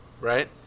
Right